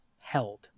held